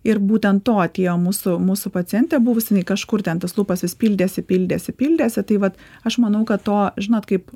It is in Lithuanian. ir būtent to atėjo mūsų mūsų pacientė buvus jinai kažkur ten tas lūpas vis pildėsi pildėsi pildėsi tai vat aš manau kad to žinot kaip